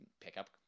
pickup